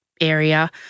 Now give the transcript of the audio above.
area